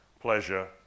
pleasure